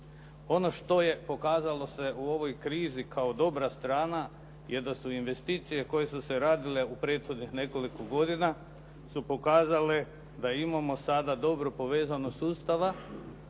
Ono što se pokazalo u ovoj krizi kao dobra strana je da su investicije koje su se radile u prethodnih nekoliko godina su pokazale da imamo sada dobru povezanost sustava,